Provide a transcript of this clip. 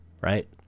Right